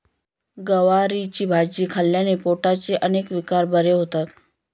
गवारीची भाजी खाल्ल्याने पोटाचे अनेक विकार बरे होतात